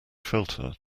filter